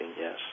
yes